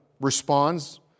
responds